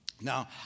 Now